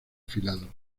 afilado